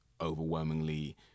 overwhelmingly